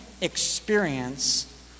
experience